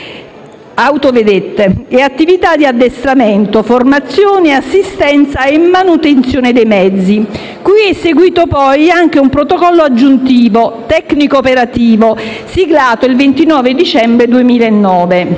motovedette e attività di addestramento, formazione, assistenza e manutenzione dei mezzi. Ad esso è seguito, poi, un protocollo aggiuntivo tecnico-operativo, siglato il 29 dicembre 2009.